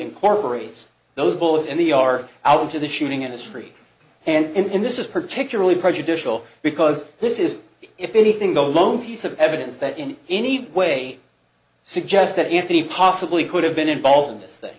incorporates those bullets and the are out into the shooting industry and this is particularly prejudicial because this is if anything the lone piece of evidence that in any way suggest that anthony possibly could have been involved in this thing